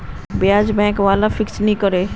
ब्याज़ बैंक वाला फिक्स नि करोह